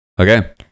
Okay